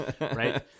right